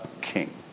king